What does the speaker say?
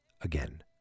again